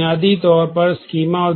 अब स्कीमा